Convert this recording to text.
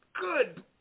good –